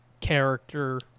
character